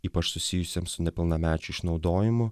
ypač susijusiems su nepilnamečių išnaudojimu